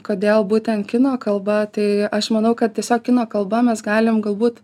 kodėl būtent kino kalba tai aš manau kad tiesiog kino kalba mes galim galbūt